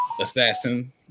assassin